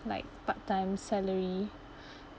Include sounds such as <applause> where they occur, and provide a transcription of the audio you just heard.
like part time salary <breath>